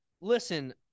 listen